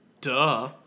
Duh